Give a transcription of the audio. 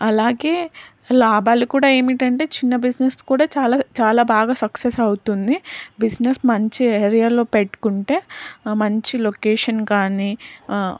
అలాగే లాభాలు కూడా ఏమిటంటే చిన్న బిజినెస్ కూడా చాలా చాలా బాగా సక్సెస్ అవుతుంది బిజినెస్ మంచి ఏరియాలో పెట్టుకుంటే మంచి లొకేషన్ కానీ